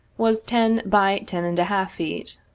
was ten by ten-and-a-half feet.